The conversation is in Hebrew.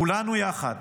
כולנו יחד